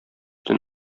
төн